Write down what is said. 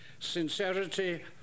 sincerity